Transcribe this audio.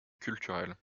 culturelle